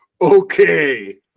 okay